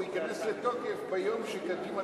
והוא ייכנס לתוקף ביום שקדימה